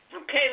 Okay